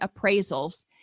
appraisals